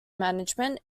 management